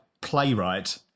playwright